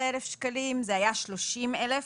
חייב קטן 13,000 שקלים כאשר קודם הסכום היה 30,000 שקלים,